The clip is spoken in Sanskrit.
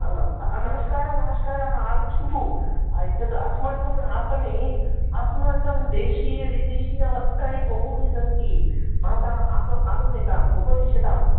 नमस्कारः नमस्कारः आगच्छन्तु एतद् अस्माकम् आपणे अस्माकं देशीय विदेशीय वस्त्राणि बहूनि सन्ति अतः आगम्यताम् उपविश्यताम्